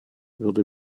würde